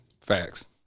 Facts